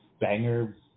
Banger